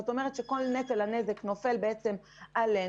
כל נטל הנזק נופל עלינו.